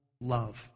love